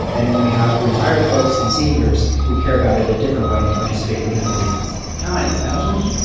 and then we have retired folks and seniors who care about it in a different way and participate for different reasons. how many, thousands?